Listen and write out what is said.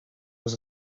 was